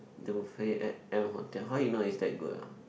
the buffet at M-Hotel how you know it's that good ah